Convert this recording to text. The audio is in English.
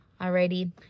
Alrighty